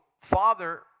Father